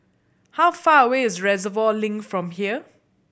how far away is Reservoir Link from here